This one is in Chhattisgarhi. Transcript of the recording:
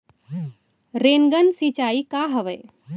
रेनगन सिंचाई का हवय?